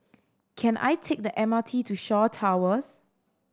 can I take the M R T to Shaw Towers